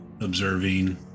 observing